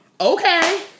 Okay